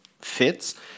fits